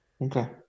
Okay